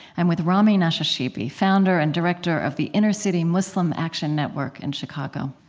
i'm with rami nashashibi, founder and director of the inner-city muslim action network in chicago